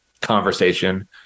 conversation